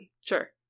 sure